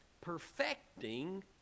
Perfecting